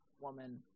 woman